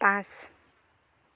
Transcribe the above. পাঁচ